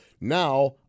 Now